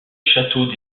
château